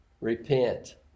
repent